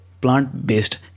plant-based